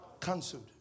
cancelled